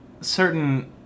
certain